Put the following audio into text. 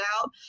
out